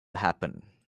happen